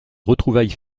retrouvailles